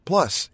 Plus